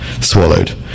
swallowed